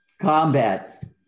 combat